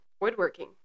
woodworking